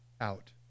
out